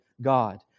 God